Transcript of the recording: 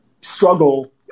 struggle